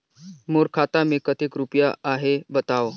मोर खाता मे कतेक रुपिया आहे बताव?